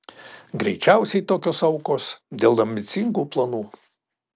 greičiausiai tokios aukos dėl ambicingų planų